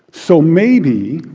so maybe